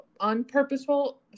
unpurposeful